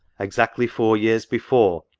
exactly four years before,